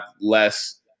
less